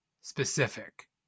specific